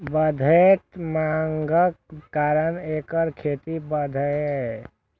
बढ़ैत मांगक कारण एकर खेती बढ़लैए